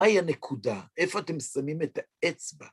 מהי הנקודה? איפה אתם שמים את האצבע?